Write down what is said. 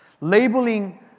labeling